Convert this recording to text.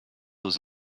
aux